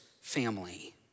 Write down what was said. family